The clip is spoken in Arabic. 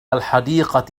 الحديقة